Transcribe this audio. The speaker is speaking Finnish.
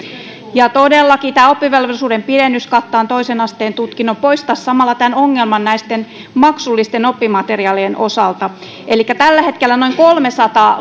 todellakin tämä oppivelvollisuuden pidennys kattaen toisen asteen tutkinnon poistaisi samalla tämän ongelman näitten maksullisten oppimateriaalien osalta tällä hetkellä noin kolmesataa